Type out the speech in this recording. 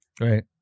right